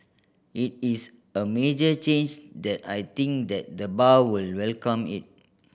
it is a major change that I think that the bar will welcome it